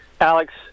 Alex